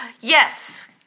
Yes